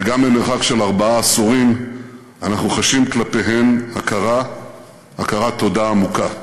וגם ממרחק של ארבעה עשורים אנחנו חשים כלפיהן הכרת תודה עמוקה.